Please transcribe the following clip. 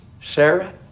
Sarah